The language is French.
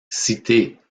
citez